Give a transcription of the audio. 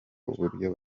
uburyo